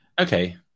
Okay